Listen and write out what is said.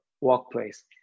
workplace